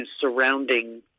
surrounding